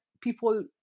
people